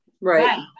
Right